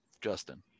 Justin